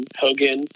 Hogan